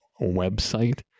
website